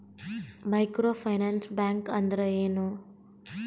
Micro finance bank ಅಂದ್ರ ಏನು?